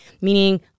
meaning